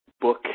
book